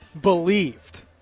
believed